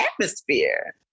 atmosphere